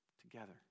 together